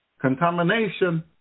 contamination